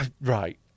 Right